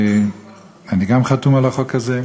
גם אני חתום על החוק הזה,